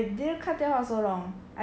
I didn't cut it out so long